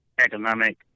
economic